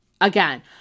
Again